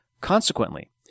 Consequently